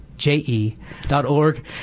j-e-dot-org